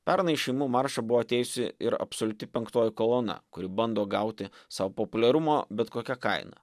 pernai į šeimų maršą buvo atėjusi ir absoliuti penktoji kolona kuri bando gauti sau populiarumo bet kokia kaina